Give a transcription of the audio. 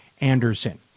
Anderson